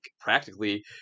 practically